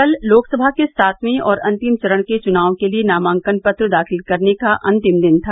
कल लोकसभा के सातवें और अंतिम चरण के चुनाव के लिए नामांकन पत्र दाखिल करने का अंतिम दिन था